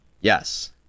yes